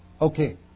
Okay